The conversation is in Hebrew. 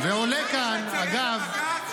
צריך לציית לבג"ץ, שלמה קרעי?